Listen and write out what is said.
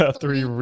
three